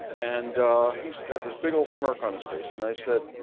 and he's got this big old smirk on his face. and i said,